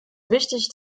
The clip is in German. wichtig